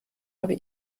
aber